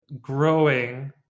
growing